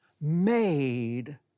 made